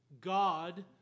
God